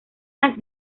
las